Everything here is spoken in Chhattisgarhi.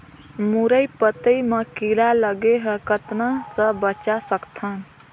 मुरई पतई म कीड़ा लगे ह कतना स बचा सकथन?